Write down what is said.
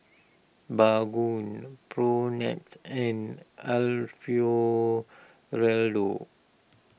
Baggu Propnex and Alfio Raldo